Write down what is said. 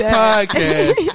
podcast